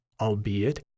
albeit